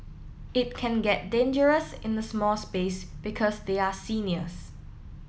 it can get dangerous in a small space because they are seniors